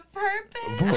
purpose